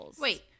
wait